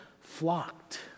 flocked